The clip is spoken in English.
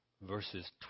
verses